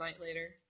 later